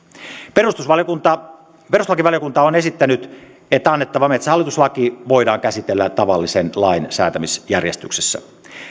perustuslakivaliokunta perustuslakivaliokunta on esittänyt että annettava metsähallitus laki voidaan käsitellä tavallisen lain säätämisjärjestyksessä